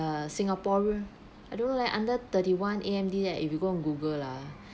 uh singaporean I don't know like under thirty one A_M_D leh if you go and google lah